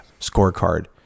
scorecard